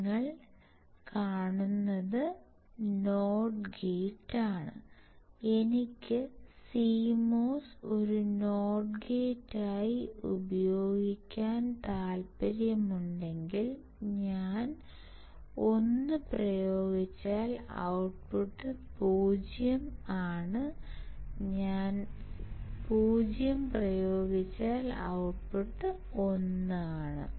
നിങ്ങൾ കാണുന്നത് നോട്ട് ഗേറ്റാണ് എനിക്ക് CMOS ഒരു നോട്ട് ഗേറ്റായി ഉപയോഗിക്കാൻ താൽപ്പര്യമുണ്ടെങ്കിൽ ഞാൻ 1 പ്രയോഗിച്ചാൽ ഔട്ട്പുട്ട് 0 ആണ് ഞാൻ 0 പ്രയോഗിച്ചാൽ ഔട്ട്പുട്ട് 1 ആണ്